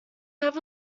have